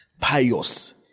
pious